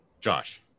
Josh